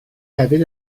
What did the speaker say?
hefyd